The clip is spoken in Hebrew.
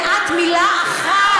ואת, מילה אחת,